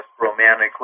romantically